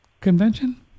convention